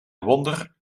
wonder